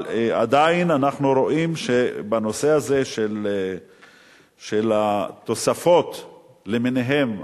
אבל עדיין אנחנו רואים בנושא הזה של התוספות למיניהן,